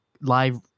live